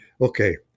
Okay